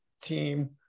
team